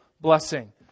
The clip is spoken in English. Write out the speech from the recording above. blessing